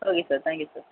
okay sir thank you sir